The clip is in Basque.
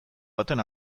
baten